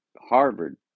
Harvard